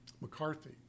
McCarthy